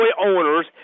owners